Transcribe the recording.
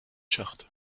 charts